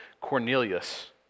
Cornelius